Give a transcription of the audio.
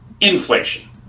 inflation